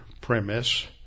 premise